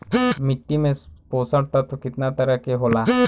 मिट्टी में पोषक तत्व कितना तरह के होला?